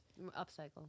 Upcycle